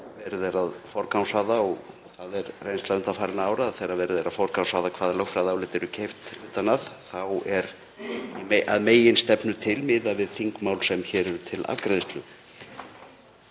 verið er að forgangsraða, og það er reynsla undanfarinna ára þegar verið er að forgangsraða hvaða lögfræðiálit eru keypt utan að, þá er að meginstefnu til miðað við þingmál sem hér eru til afgreiðslu.